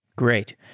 great.